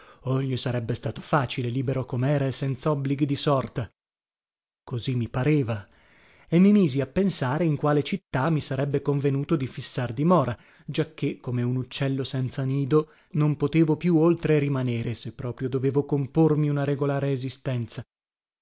oh gli sarebbe stato facile libero comera e senzobblighi di sorta così mi pareva e mi misi a pensare in quale città mi sarebbe convenuto di fissar dimora giacché come un uccello senza nido non potevo più oltre rimanere se proprio dovevo compormi una regolare esistenza